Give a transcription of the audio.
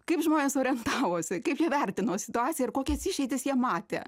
kaip žmonės orientavosi kaip jie vertino situaciją ir kokias išeitis jie matė